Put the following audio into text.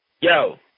Yo